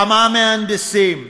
כמה מהנדסים,